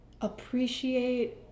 appreciate